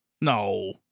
No